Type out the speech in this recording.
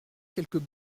quelques